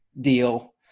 deal